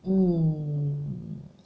mm